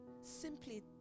simply